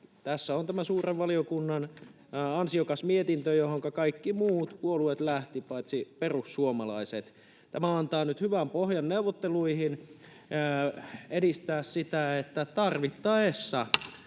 Tässä on tämä suuren valiokunnan ansiokas mietintö, johonka kaikki muut puolueet lähtivät paitsi perussuomalaiset. — Tämä antaa nyt hyvän pohjan neuvotteluihin edistää sitä, että tarvittaessa...